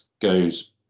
goes